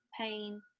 pain